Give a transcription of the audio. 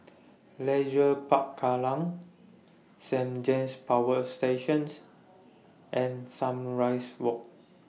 Leisure Park Kallang Saint James Power Station and Sunrise Walk